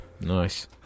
Nice